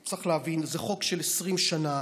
צריך להבין, זה חוק של 20 שנה.